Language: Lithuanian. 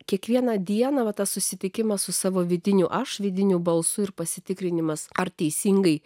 kiekvieną dieną va tas susitikimas su savo vidiniu aš vidiniu balsu ir pasitikrinimas ar teisingai